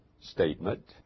statement